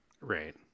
Right